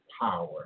power